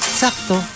sakto